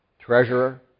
Treasurer